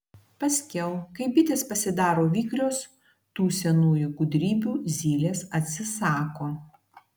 paskiau kai bitės pasidaro vikrios tų senųjų gudrybių zylės atsisako